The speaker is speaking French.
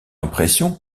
impression